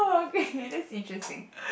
okay that's interesting